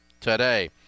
today